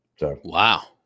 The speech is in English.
Wow